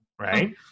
right